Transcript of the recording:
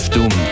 Doom